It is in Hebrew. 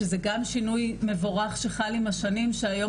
שזה גם שינוי מבורך שחל עם השנים שהיום